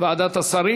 ועדת השרים.